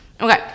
Okay